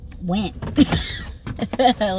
went